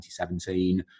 2017